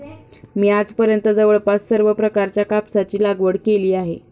मी आजपर्यंत जवळपास सर्व प्रकारच्या कापसाची लागवड केली आहे